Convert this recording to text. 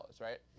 right